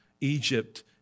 Egypt